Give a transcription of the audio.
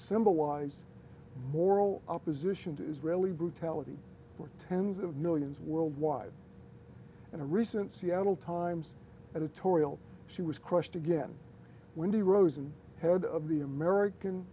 symbolized moral opposition to israeli brutality for tens of millions worldwide in a recent seattle times editorial she was crushed again wendy rosen head of the american